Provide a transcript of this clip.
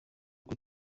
kuri